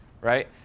right